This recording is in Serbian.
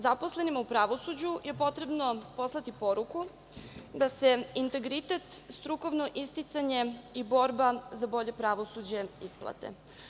Zaposlenima u pravosuđu je potrebno poslati poruku da se integritet, strukovno isticanje i borba za bolje pravosuđe isplate.